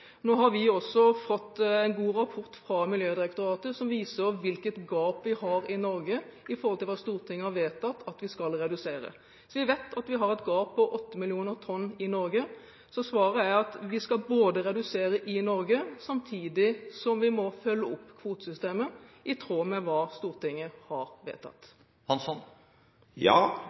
Nå har vi også fått en god rapport fra Miljødirektoratet som viser hvilket gap vi har i Norge i forhold til det Stortinget har vedtatt at vi skal redusere. Vi vet at vi har et gap på 8 millioner tonn i Norge. Svaret er at vi skal redusere i Norge samtidig som vi må følge opp kvotesystemet i tråd med det Stortinget har vedtatt.